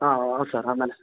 ಹಾಂ ಹೌದು ಸರ್ ಆಮೇಲೆ